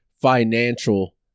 financial